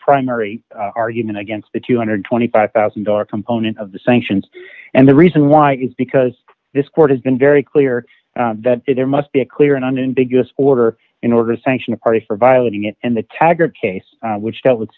primary argument against the two hundred and twenty five thousand dollar component of the sanctions and the reason why is because this court has been very clear that there must be a clear and unambiguous order in order to sanction a party for violating it and the tagger case which dealt with